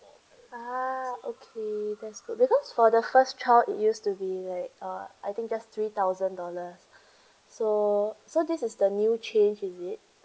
ah okay that's good because for the first child it used to be like uh I think just three thousand dollars so so this is the new change is it